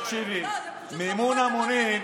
תקשיבי, לא, זו פשוט חבורת עבריינים.